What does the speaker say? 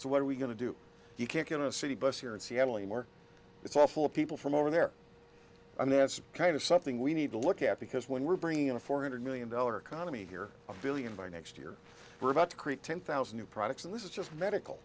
so what are we going to do you can't get a city bus here in seattle anymore it's awful people from over there and that's kind of something we need to look at because when we're bringing a four hundred million dollar economy here a billion by next year we're about to create ten thousand new products and this is just medical